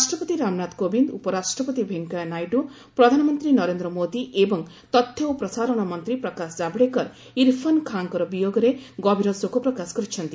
ରାଷ୍ଟ୍ରପତି ରାମନାଥ କୋବିନ୍ଦ ଉପରାଷ୍ଟ୍ରପତି ଭେଙ୍କୟା ନାଇଡୁ ପ୍ରଧାନମନ୍ତ୍ରୀ ନରେନ୍ଦ୍ର ମୋଦୀ ଏବଂ ତଥ୍ୟ ଓ ପ୍ରସାରଣ ମନ୍ତ୍ରୀ ପ୍ରକାଶ ଜାଭଡେକର ଇର୍ଫାନ୍ ଖାଁଙ୍କ ବିୟୋଗରେ ଗଭୀର ଶୋକ ପ୍ରକାଶ କରିଛନ୍ତି